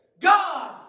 God